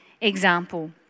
example